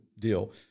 deal